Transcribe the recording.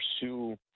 pursue